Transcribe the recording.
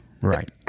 Right